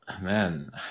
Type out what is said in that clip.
man